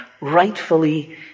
rightfully